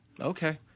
Okay